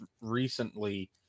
recently